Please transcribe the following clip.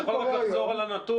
אתה יכול לחזור על הנתון